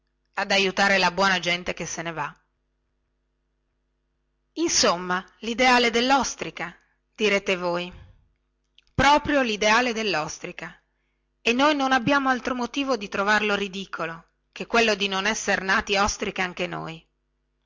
ad aiutare la buona gente che se ne va insomma lideale dellostrica direte voi proprio lideale dellostrica e noi non abbiamo altro motivo di trovarlo ridicolo che quello di non esser nati ostriche anche noi